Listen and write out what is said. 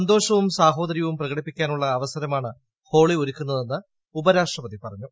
സന്തോഷവും സാഹോദര്യവും പ്രകടിപ്പിക്കാനുളള അവസരമാണ് ഹോളി ഒരുക്കുന്നതെന്ന് ഉപരാഷ്ട്രപതി പറഞ്ഞു